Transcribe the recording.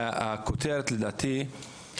הכותרת לדעתי,